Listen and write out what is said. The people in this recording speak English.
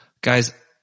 guys